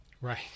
Right